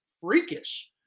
freakish